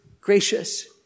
gracious